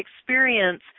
experience